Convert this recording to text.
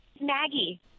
Maggie